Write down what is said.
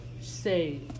say